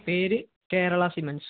പേര് കേരളാ സിമെന്റ്സ്